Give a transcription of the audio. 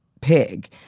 pig